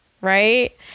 Right